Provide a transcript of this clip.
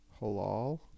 Halal